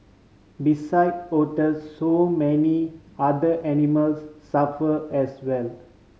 beside otters so many other animals suffer as well